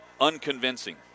unconvincing